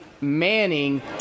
Manning